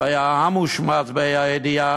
שהיה המושמץ, בה"א הידיעה,